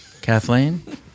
Kathleen